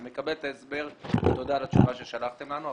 אני מקבל את ההסבר ותודה על התשובה ששלחתם לנו,